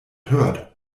hört